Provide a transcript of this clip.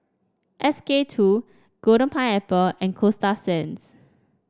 S K two Golden Pineapple and Coasta Sands